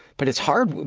but it's hard.